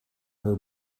her